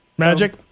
Magic